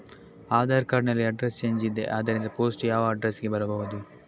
Aadhaar card ನಲ್ಲಿ address change ಇದೆ ಆದ್ದರಿಂದ ಪೋಸ್ಟ್ ಯಾವ ಅಡ್ರೆಸ್ ಗೆ ಬರಬಹುದು?